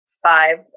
Five